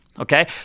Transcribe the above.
Okay